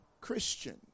Christian